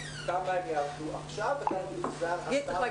כמה הם יעבדו עכשיו וכמה בחופש.